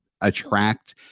attract